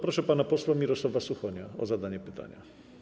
Proszę pana posła Mirosława Suchonia o zadanie pytania.